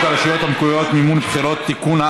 הרשויות המקומיות (מימון בחירות) (תיקון,